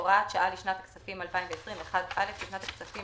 הוראת שעה לשנת הכספים 2020 בשנת הכספים